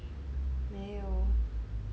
没有